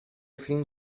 fin